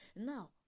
Now